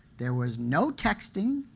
there was no texting.